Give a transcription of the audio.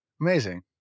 Amazing